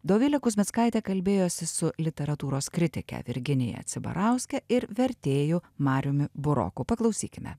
dovilė kuzminckaitė kalbėjosi su literatūros kritike virginija cibarauske ir vertėju mariumi buroku paklausykime